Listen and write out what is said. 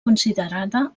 considerada